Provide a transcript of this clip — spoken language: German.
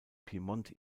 piemont